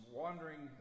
wandering